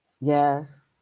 Yes